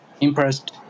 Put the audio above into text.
impressed